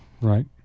Right